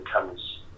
comes